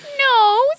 No